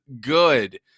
good